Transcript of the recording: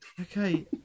Okay